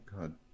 god